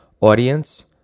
Audience